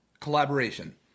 Collaboration